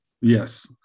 Yes